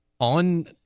on